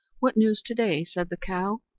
what news to-day? said the cow.